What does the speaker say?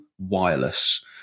wireless